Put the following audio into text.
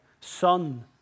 Son